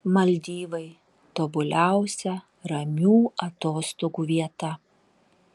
maldyvai tobuliausia ramių atostogų vieta